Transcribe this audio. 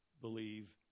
believe